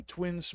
Twin